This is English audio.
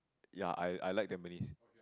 ya I I like Tampines